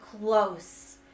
close